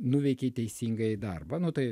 nuveikei teisingai darbą nu tai